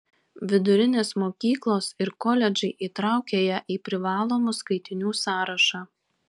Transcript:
vidurinės mokyklos ir koledžai įtraukia ją į privalomų skaitinių sąrašą